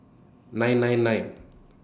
nine nine nine